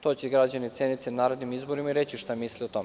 To će građani oceniti na narednim izborima i reći šta misle o tome.